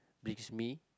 brings me